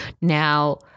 Now